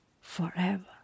forever